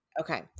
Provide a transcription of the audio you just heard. Okay